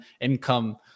income